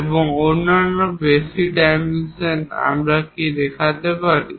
এবং অন্যান্য basic dimension আমরা কি দেখতে পারি